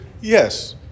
yes